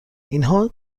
اینها